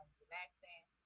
relaxing